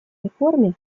реформе